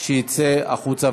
שיצא החוצה,